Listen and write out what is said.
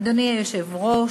אדוני היושב-ראש,